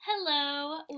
Hello